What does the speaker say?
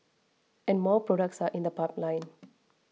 and more products are in the pipeline